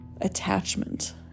attachment